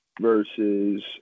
versus